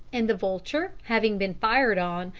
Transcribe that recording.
and the vulture, having been fired on,